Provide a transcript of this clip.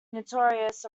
notorious